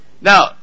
Now